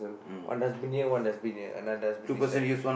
one dustbin here one dustbin here another dustbin this side